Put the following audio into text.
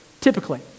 typically